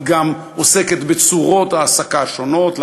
היא גם עוסקת בצורות העסקה שונות,